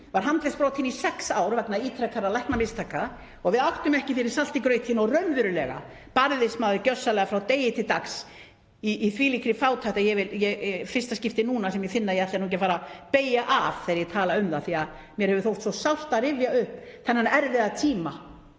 var handleggsbrotinn í sex ár vegna ítrekaðra læknamistaka og við áttum ekki fyrir salti í grautinn. Raunverulega barðist maður gjörsamlega frá degi til dags í þvílíkri fátækt, það er í fyrsta skipti núna sem ég finn að ég ætla ekki að fara að beygja af þegar ég tala um það því að mér hefur þótt svo sárt að rifja upp þennan erfiða tíma